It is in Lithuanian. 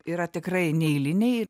yra tikrai neeiliniai